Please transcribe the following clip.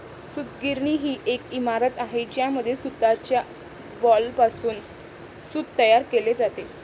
सूतगिरणी ही एक इमारत आहे ज्यामध्ये सूताच्या बॉलपासून सूत तयार केले जाते